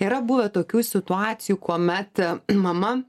yra buvę tokių situacijų kuomet mama